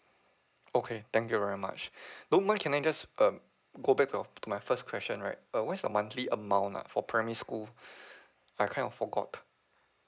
okay thank you very much don't mind can I just uh go back of to my first question right uh what's the monthly amount ah for primary school I kind of forgot